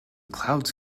clouds